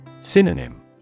Synonym